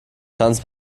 tanz